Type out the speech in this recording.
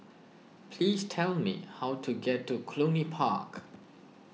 please tell me how to get to Cluny Park